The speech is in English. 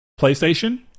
playstation